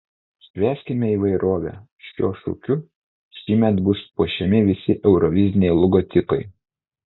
švęskime įvairovę šiuo šūkiu šįmet bus puošiami visi euroviziniai logotipai